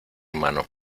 mano